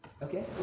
Okay